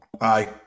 Aye